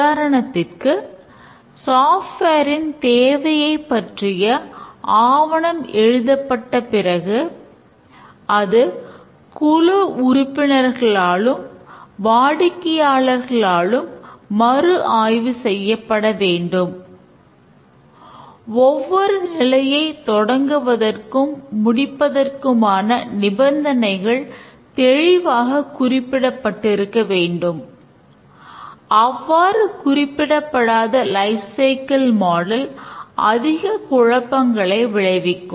உதாரணத்திற்கு சாஃப்ட்வேர் அதிக குழப்பங்களை விளைவிக்கும்